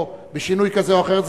או בשינוי כזה או אחר,